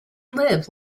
live